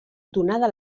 donada